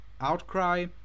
outcry